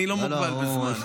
אני לא מוגבל בזמן.